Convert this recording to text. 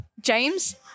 James